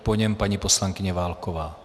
Po něm paní poslankyně Válková.